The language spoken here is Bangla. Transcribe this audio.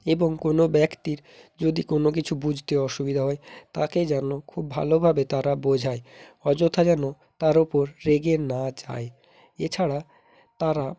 এবং কোনো ব্যক্তির যদি কোনো কিছু বুঝতে অসুবিধা হয় তাকে যেন খুব ভালোভাবে তারা বোঝায় অযথা যেন তার উপর রেগে না যায় এছাড়া তারা